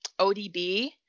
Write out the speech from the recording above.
ODB